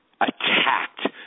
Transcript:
attacked